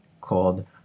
called